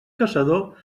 caçador